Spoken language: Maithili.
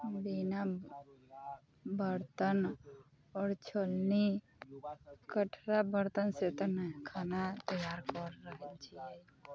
बिना बर्तन आओर छोलनी बर्तनसँ तऽ नहि खाना तैयार कऽ रहल छियै